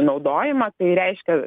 naudojimą tai reiškia